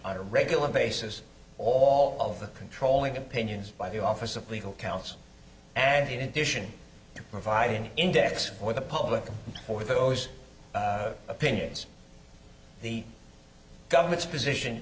on a regular basis all of the controlling opinions by the office of legal counsel and in addition to provide an index for the public or those opinions the government's position